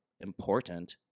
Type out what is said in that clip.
important